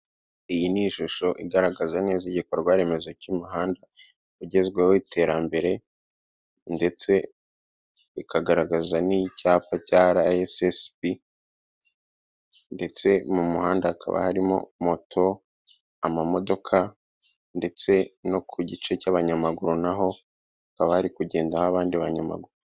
Iyi ni ishusho igaragaza neza igikorwa remezo cy'umuhanda ugezweho w'iterambere ndetse bikagaragaza n'icyapa cya RSSB, ndetse mu muhanda hakaba harimo moto, amamodoka ndetse no ku gice cy'abanyamaguru naho, hakaba hari kugendaho abandi banyamaguru.